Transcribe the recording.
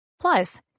Plus